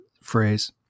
phrase